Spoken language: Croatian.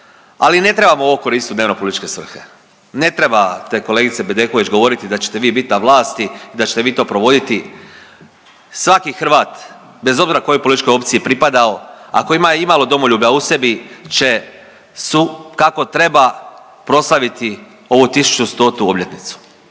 ali ne trebamo ovo koristiti u dnevno-političke svrhe, ne trebate kolegice Bedeković govoriti da ćete vi biti na vlasti i da ćete vi to provoditi. Svaki Hrvat bez obzira kojoj političkoj opciji pripadao, ako ima i malo domoljublja u sebi će kako treba proslaviti ovu tisuću stotu obljetnicu.